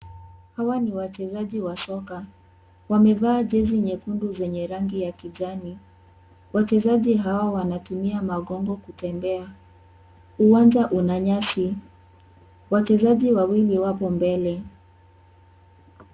Hawa ni wachezaji wa soka. Wamevaa jezi nyekundu zenye rangi ya kijani. Wachezaji hawa wanatumia magongo kutembea. Uwanja una nyasi. Wachezaji wawili, wapo mbele.